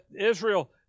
Israel